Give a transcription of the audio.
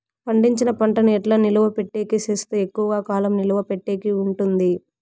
పండించిన పంట ను ఎట్లా నిలువ పెట్టేకి సేస్తే ఎక్కువగా కాలం నిలువ పెట్టేకి ఉంటుంది?